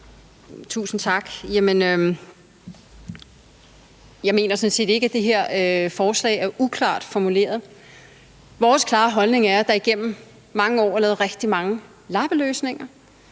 Tusind tak. Jeg mener sådan set ikke, at det her forslag er uklart formuleret. Vores klare holdning er, at der igennem mange år er lavet rigtig mange lappeløsninger,